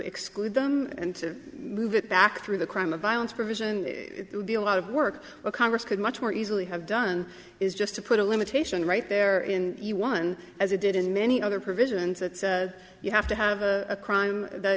exclude them and to move it back through the crime of violence provision it would be a lot of work congress could much more easily have done is just to put a limitation right there in you one as it did in many other provisions that you have to have a crime